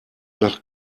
nach